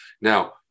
Now